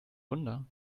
wunder